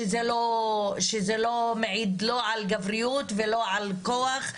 שזה לא מעיד לא על גבריות ולא על כוח,